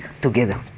together